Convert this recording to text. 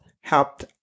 helped